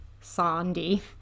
sandy